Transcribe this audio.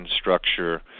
structure